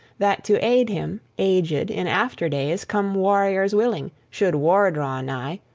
that to aid him, aged, in after days, come warriors willing, should war draw nigh,